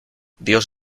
dios